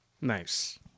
nice